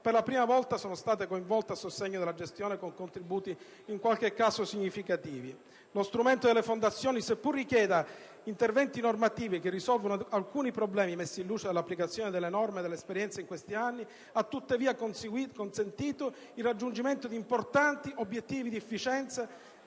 per la prima volta, sono state coinvolte a sostegno della gestione, con contributi, in qualche caso, significativi. Lo strumento delle fondazioni, seppur richieda interventi normativi che risolvano alcuni problemi messi in luce dall'applicazione delle norme e dall'esperienza di questi anni, ha tuttavia consentito il raggiungimento di importanti obiettivi di efficienza,